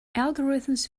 algorithms